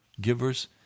givers